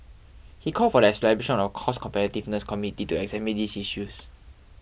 he called for the establishment of a cost competitiveness committee to examine these issues